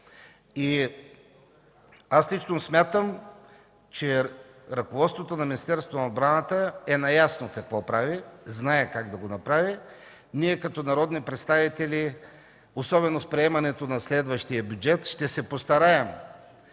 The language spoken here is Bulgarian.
Аз лично смятам, че ръководството на Министерството на отбраната е наясно какво прави и знае как да го направи. Ние като народни представители, особено с приемането на следващия бюджет, ще се постараем